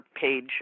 page